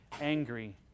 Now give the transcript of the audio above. angry